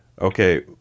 Okay